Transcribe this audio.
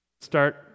start